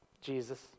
Jesus